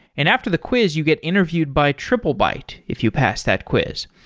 and after the quiz you get interviewed by triplebyte if you pass that quiz.